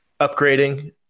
upgrading